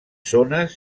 zones